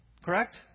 Correct